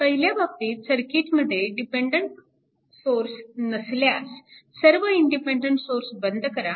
पहिल्या बाबतीत सर्किटमध्ये डिपेन्डन्ट सोर्स नसल्यास सर्व इंडिपेन्डन्ट सोर्स बंद करा